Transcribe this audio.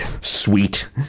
Sweet